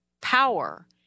power